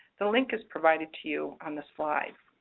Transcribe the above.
the link is provided to you on the slide.